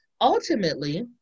Ultimately